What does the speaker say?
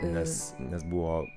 nes nes buvo